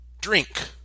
drink